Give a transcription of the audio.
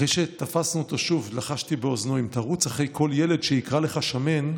אחרי שתפסנו אותו שוב לחשתי באוזנו: אם תרוץ אחרי כל ילד שיקרא לך שמן,